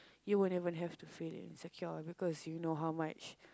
you won't even have to feel insecure because you know how much